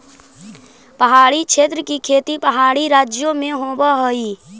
पहाड़ी क्षेत्र की खेती पहाड़ी राज्यों में होवअ हई